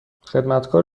خدمتکار